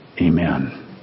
Amen